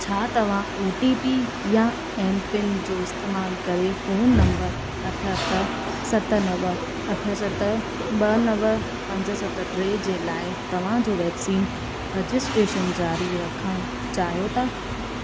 छा तव्हां O T P या एमपिन जो इस्तेमाल करे फोन नंबर अठ अठ सत नव अठ सत ॿ नव पंज सत टे जे लाइ तव्हां जो वैक्सीन रजिस्ट्रेशन जारी रखणु चाहियो था